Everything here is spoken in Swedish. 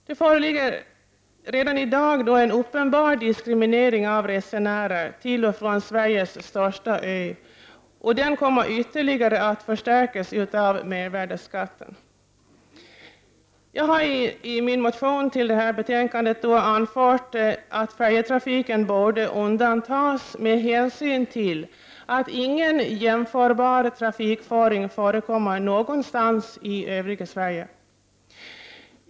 Det föreligger redan i dag en uppenbar diskriminering av resenärer till och från Sveriges största ö, och den kommer ytterligare att förstärkas av mervärdeskatten. Jag har i min motion till detta betänkande anfört att färjetrafiken borde undantas med hänsyn till att ingen jämförbar trafikföring förekommer någon annanstans i övriga Sverige.